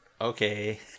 Okay